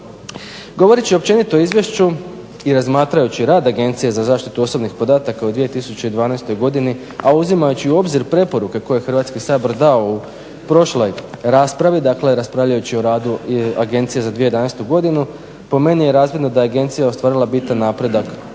Govoreći općenito o izvješću i razmatrajući rad agencije za zaštitu osobnih podataka u 2012. godini, a uzimajući u obzir preporuke koje je Hrvatski sabor dao u prošloj raspravi, dakle raspravljajući o radu agencije za 2011. godinu po meni je razvidno da je agencija ostvarila bitan napredak